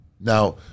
Now